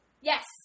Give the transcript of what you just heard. Yes